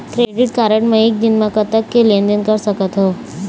Credit card मे एक दिन म कतक के लेन देन कर सकत हो?